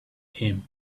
him